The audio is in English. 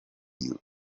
you